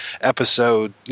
episode